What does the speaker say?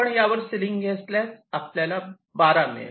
आपण यावर सिलिंग घेतल्यास आपल्याला 12 मिळेल